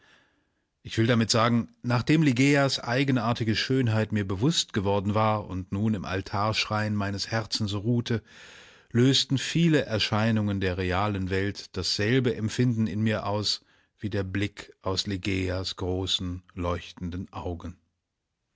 ich will damit sagen nachdem ligeias eigenartige schönheit mir bewußt geworden war und nun im altarschrein meines herzens ruhte lösten viele erscheinungen der realen welt dasselbe empfinden in mir aus wie der blick aus ligeias großen leuchtenden augen